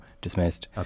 dismissed